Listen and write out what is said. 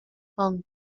pan